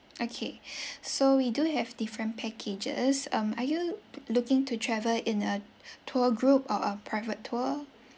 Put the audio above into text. okay so we do have different packages um are you looking to travel in a tour group or a private tour